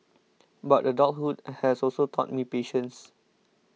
but adulthood has also taught me patience